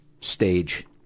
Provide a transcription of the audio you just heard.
stage